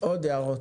עוד הערות.